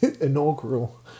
inaugural